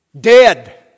dead